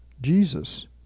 Jesus